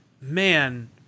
man